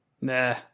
Nah